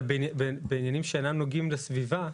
אבל בעניינים שאינם נוגעים לסביבה,